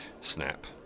Snap